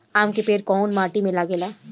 आम के पेड़ कोउन माटी में लागे ला?